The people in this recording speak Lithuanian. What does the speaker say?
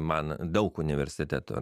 man daug universitetų